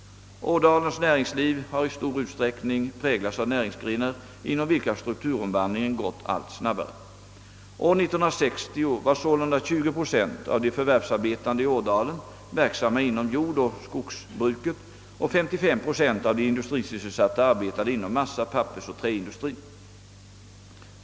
Ådalens näringsliv har i stor utsträckning präglats av näringsgrenar inom vilka strukturomvandlingen gått allt snabbare. År 1960 var sålunda 20 procent av de förvärvsarbetande i Ådalen verksamma inom jordoch skogsbruket och 55 procent av de industrisysselsatta arbetade inom massa-, pappersoch träindustrien.